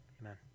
Amen